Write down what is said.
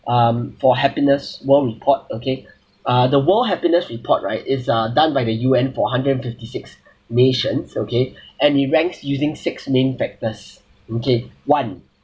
um for happiness world report okay uh the world happiness report right is uh done by the U_N for hundred and fifty six nations okay and it ranks using six main factors okay one